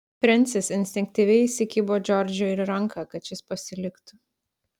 frensis instinktyviai įsikibo džordžui į ranką kad šis pasiliktų